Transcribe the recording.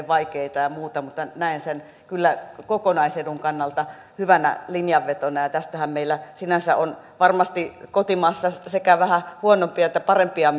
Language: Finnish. vaikeita ja muuta näen sen kyllä kokonaisedun kannalta hyvänä linjanvetona tästähän meillä sinänsä on varmasti kotimaassa sekä vähän huonompia että parempia